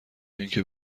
اینکه